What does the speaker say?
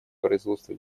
производство